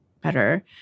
better